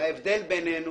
ההבדל בינינו